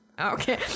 Okay